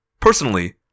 Personally